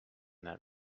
that